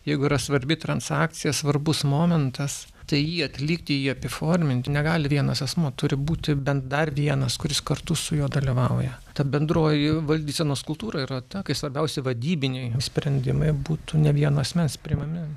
jeigu yra svarbi transakcija svarbus momentas tai jį atlikti jį apiforminti negali vienas asmuo turi būti bent dar vienas kuris kartu su juo dalyvauja ta bendroji valdysenos kultūra yra ta kai svarbiausi vadybiniai sprendimai būtų ne vieno asmens priimami